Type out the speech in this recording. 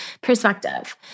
perspective